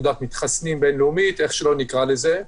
תעודת מתחסנים בין לאומית איך שלא נקרא לזה.